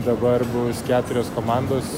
dabar bus keturios komandos